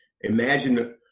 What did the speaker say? imagine –